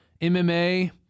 MMA